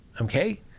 okay